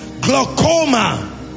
Glaucoma